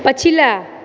पछिला